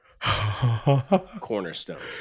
cornerstones